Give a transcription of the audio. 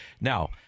now